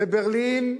בברלין,